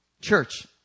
Church